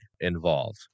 involved